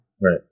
right